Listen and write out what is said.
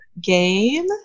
game